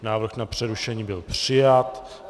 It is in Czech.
Návrh na přerušení byl přijat.